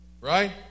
Right